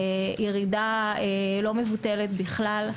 ירידה לא מבוטלת בכלל.